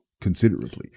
considerably